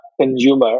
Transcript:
consumer